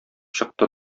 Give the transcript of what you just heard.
чыкты